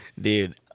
Dude